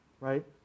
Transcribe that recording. right